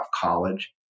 college